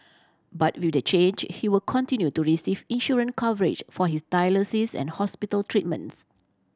but with the change he will continue to receive insurance coverage for his dialysis and hospital treatments